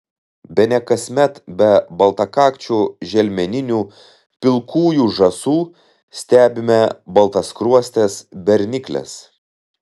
bene kasmet be baltakakčių želmeninių pilkųjų žąsų stebime baltaskruostes bernikles